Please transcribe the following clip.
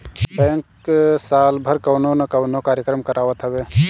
bank साल भर कवनो ना कवनो कार्यक्रम करावत हवे